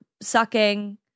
sucking